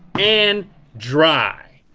and dry.